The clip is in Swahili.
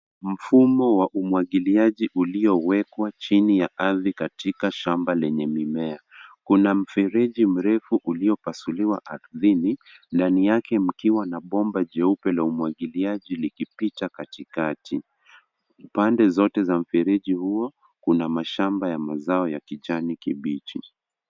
Mfumo wa umwagiliaji uliowekwa chini ya ardhi katika shamba lenye mimea. Kuna mfereji mrefu uliopasuliwa ardhini, ndani yake mkiwa na bomba jeupe la umwagiliaji likipita katikati. Pande zote za mfereji huo kuna mashamba ya mazao ya kijani kibichi.